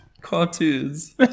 cartoons